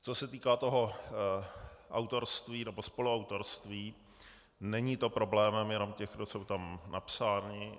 Co se týká toho autorství nebo spoluautorství, není to problémem jenom těch, kdo jsou tam napsáni.